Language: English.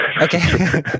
Okay